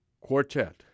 quartet